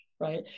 right